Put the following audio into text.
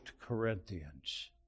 Corinthians